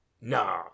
nah